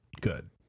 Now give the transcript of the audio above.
good